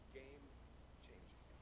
game-changing